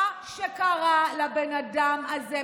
מה שקרה לבן אדם הזה,